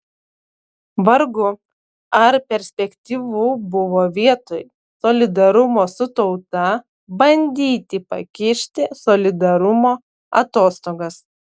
vargu ar perspektyvu buvo vietoj solidarumo su tauta bandyti pakišti solidarumo atostogas